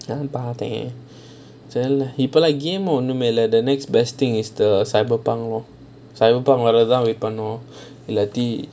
அது இப்போல்லாம்:athu ippolaam game lah ஒன்னுல:onnula the next best thing is the cyberpunk [one] cyberpunk வாரத்துக்கு தான்:vaarathuku thaan wait பண்ணனும்:pannanum